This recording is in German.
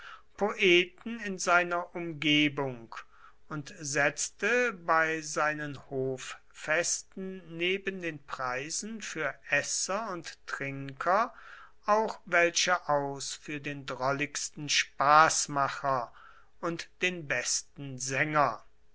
poeten in seiner umgebung und setzte bei seinen hoffesten neben den preisen für esser und trinker auch welche aus für den drolligsten spaßmacher und den besten sänger